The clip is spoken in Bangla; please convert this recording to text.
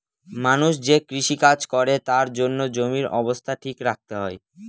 মানুষ যে কৃষি কাজ করে তার জন্য জমির অবস্থা ঠিক রাখতে হয়